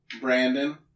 Brandon